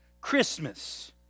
Christmas